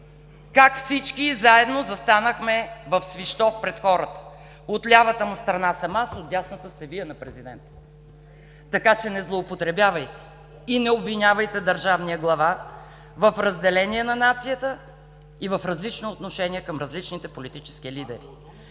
как всички заедно застанахме в Свищов пред хората. От лявата му страна съм аз, от дясната – сте Вие, на президента, така че не злоупотребявайте и не обвинявайте държавния глава в разделение на нацията и в различно отношение към различните политически лидери!